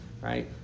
Right